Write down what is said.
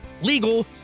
legal